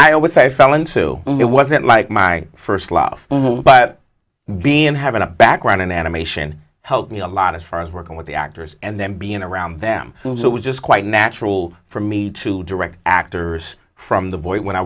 always i fell into it wasn't like my first love but being having a background in animation helped me a lot as far as working with the actors and then being around them and it was just quite natural for me to direct actors from the voice when i